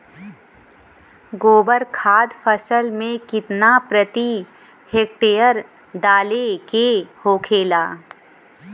गोबर खाद फसल में कितना प्रति हेक्टेयर डाले के होखेला?